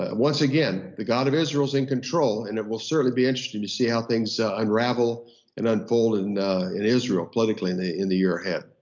um once again the god of israel is in control and it will certainly be interesting to see how these so unravel and unfold and in israel politically in the in the year ahead.